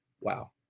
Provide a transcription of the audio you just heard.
Wow